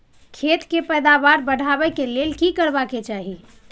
खेत के पैदावार बढाबै के लेल की करबा के चाही?